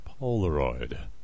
Polaroid